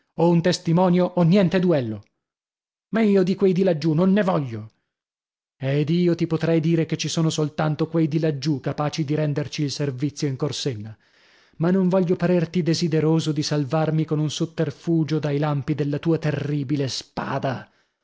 o un testimonio o niente duello ma io di quei di laggiù non ne voglio ed io ti potrei dire che ci sono soltanto quei di laggiù capaci di renderci il servizio in corsenna ma non voglio parerti desideroso di salvarmi con un sotterfugio dai lampi della tua terribile spada